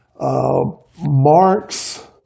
Marx